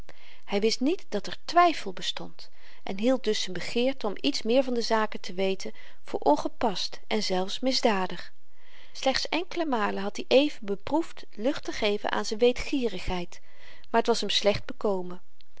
hy wist niet dat er twyfel bestond en hield dus z'n begeerte om iets meer van de zaken te weten voor ongepast en zelfs misdadig slechts enkele malen had i even beproefd lucht te geven aan z'n weetgierigheid maar t was hem slecht bekomen